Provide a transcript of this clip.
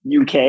UK